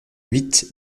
huit